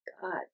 God